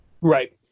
Right